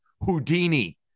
Houdini